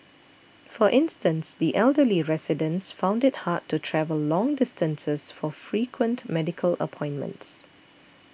for instance the elderly residents found it hard to travel long distances for frequent medical appointments